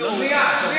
למה